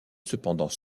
cependant